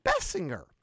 Bessinger